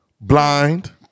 Blind